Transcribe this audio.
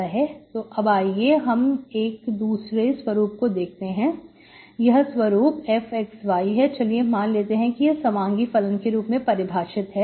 तो अब आइए अब हम एक दूसरे स्वरूप को देखते हैं यह स्वरूप fxy है चलिए मान लेते हैं कि यह समांगी फलन के रूप में परिभाषित है